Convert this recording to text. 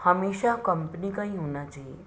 हमेशा कंपनी का ही होना चाहिए